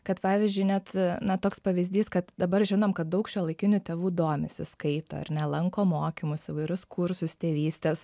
kad pavyzdžiui net na toks pavyzdys kad dabar žinom kad daug šiuolaikinių tėvų domisi skaito ar ne lanko mokymus įvairius kursus tėvystės